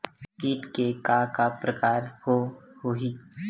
कीट के का का प्रकार हो होही?